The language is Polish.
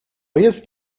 jest